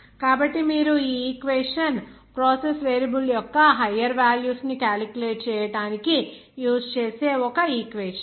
కాబట్టి మీరు ఆ ఈక్వేషన్ ప్రాసెస్ వేరియబుల్ యొక్క హయ్యర్ వాల్యూస్ ను క్యాలిక్యులేట్ చేయడానికి యూస్ చేసే ఒక ఈక్వేషన్